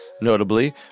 notably